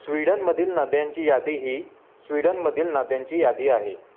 स्वीडनमधील नद्यांची यादी ही स्वीडनमधील नद्यांची यादी आहे